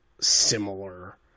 similar